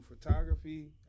photography